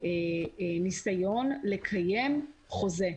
ניסיון לקיים חוזה.